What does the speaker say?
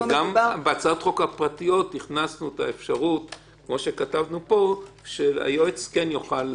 אם אין חקירה, נניח, 10 או 15 שנה.